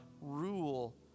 rule